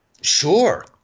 Sure